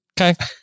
okay